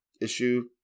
issue